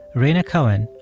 rhaina cohen,